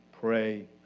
pray